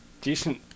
decent